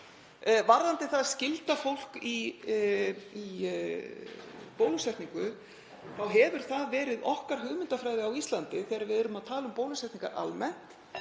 Varðandi það að skylda fólk í bólusetningu þá hefur það verið okkar hugmyndafræði á Íslandi, þegar við erum að tala um bólusetningar almennt,